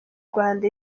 rwanda